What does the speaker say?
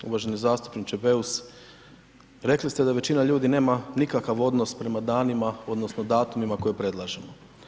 uvaženi zastupniče Beus, rekli ste da većina ljudi nema nikakav odnos prema danima, odnosno datumima koje predlažemo.